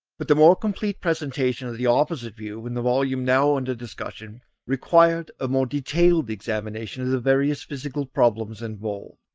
but the more complete presentation of the opposite view in the volume now under discussion required a more detailed examination of the various physical problems involved,